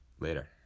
Later